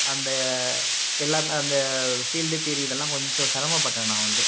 அந்த எல்லாம் அந்த ஃபீல்டு தியரி இதெல்லாம் கொஞ்சம் சிரமப்பட்டேன் நான் வந்து